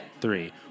three